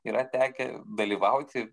yra tekę dalyvauti